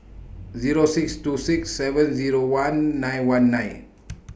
Zero six two six seven Zero one nine one nine